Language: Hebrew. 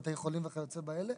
בתי חולים וכיוצא באלה,